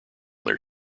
their